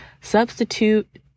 Substitute